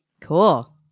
Cool